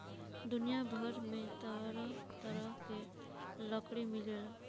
दुनिया भर में तरह तरह के लकड़ी मिलेला